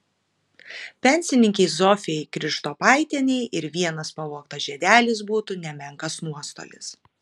pensininkei zofijai krištopaitienei ir vienas pavogtas žiedelis būtų nemenkas nuostolis